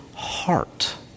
heart